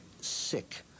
sick